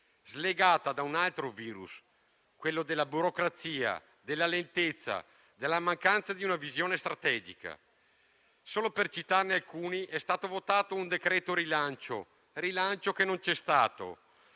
slegata da un altro virus, quello della burocrazia, della lentezza e della mancanza di una visione strategica. Solo per citarne alcuni: sono stati votati un decreto rilancio, ma il rilancio non c'è stato,